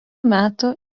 metų